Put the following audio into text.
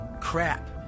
crap